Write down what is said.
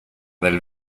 del